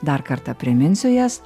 dar kartą priminsiu jas